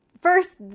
first